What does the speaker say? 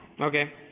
Okay